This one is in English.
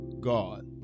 God